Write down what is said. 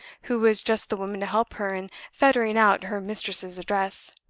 who was just the woman to help her in ferreting out her mistress's address.